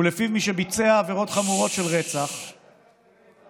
שמי שביצע עבירות חמורות של רצח, ששש.